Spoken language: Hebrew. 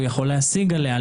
הוא יכול להשיג עליה,